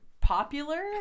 popular